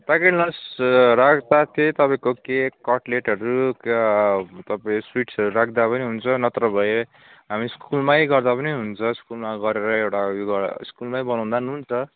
packet lunch तपाईँको cake कटलेटहरू तपाईँ सुइट्सहरू राख्दा पनि हुन्छ नत्र भए हामी स्कुलमै गर्दा पनि हुन्छ स्कुलमा गरेर एउटा ऊ यो गरे स्कुलमै बनाउँदा नि हुन्छ